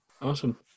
Awesome